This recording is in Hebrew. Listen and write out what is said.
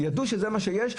ידעו שזה מה שיש,